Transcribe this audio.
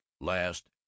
last